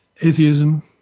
atheism